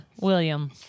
William